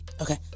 okay